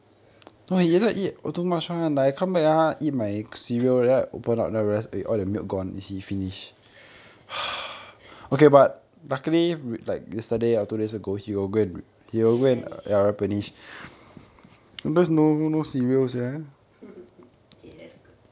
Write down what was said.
replenish okay that's good